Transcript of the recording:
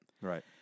Right